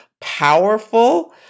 powerful